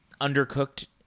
undercooked